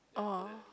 orh